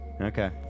okay